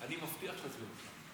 אני מבטיח שאזמין אותך.